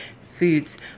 foods